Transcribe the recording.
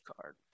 card